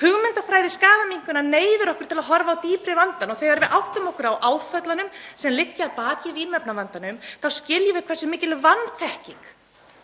Hugmyndafræði skaðaminnkunar neyðir okkur til að horfa á dýpri vandann og þegar við áttum okkur á áföllunum sem liggja að baki vímuefnavandanum þá skiljum við hversu mikil vanþekking